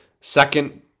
second